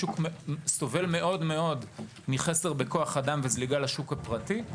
סובל מאוד מחסר בכוח אדם ומזליגה לשוק הפרטי,